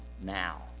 now